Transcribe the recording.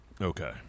Okay